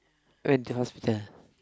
went to hospital